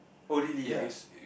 oh really ah